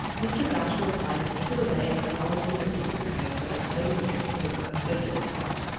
mr. joshua pye painted away in the solitude and independence that were so dear to his unsociable heart.